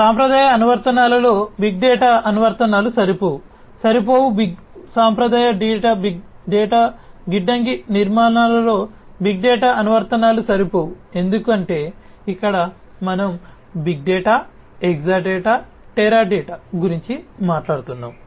సాంప్రదాయ అనువర్తనాలలో big data అనువర్తనాలు సరిపోవు సరిపోవు బిగ్ సాంప్రదాయ డేటా గిడ్డంగి నిర్మాణాలలో బిగ్ డేటా అనువర్తనాలు సరిపోవు ఎందుకంటే ఇక్కడ మనం బిగ్ డేటా ఎక్సాడాటా టెరాడాటా గురించి మాట్లాడుతున్నాము